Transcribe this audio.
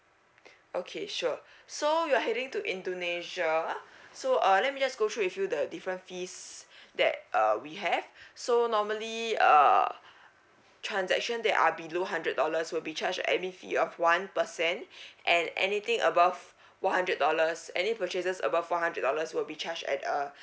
okay sure so you're heading to indonesia so uh let me just go through with you the different fees that uh we have so normally uh transaction that are below hundred dollars will be charged admin fee of one percent and anything above one hundred dollars any purchases about one hundred dollars will be charged at uh